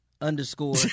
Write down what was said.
underscore